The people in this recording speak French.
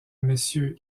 messieurs